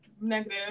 Negative